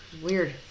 Weird